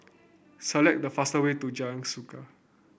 select the fastest way to Jalan Suka